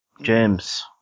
James